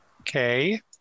Okay